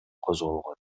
козголгон